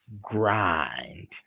grind